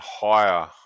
higher